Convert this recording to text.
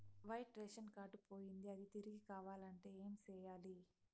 white ration card పోయింది అది తిరిగి కావాలంటే ఏం సేయాలి